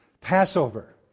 Passover